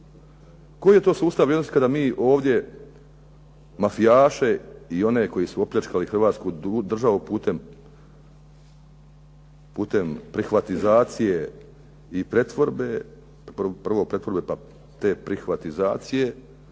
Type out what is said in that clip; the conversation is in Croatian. Koji je to sustav vrijednosti kada mi ovdje mafijaše i oni koji su opljačkali Hrvatsku državu putem privatizacije i pretvorbe, prvo te pretvorbe pa te prihvatizacije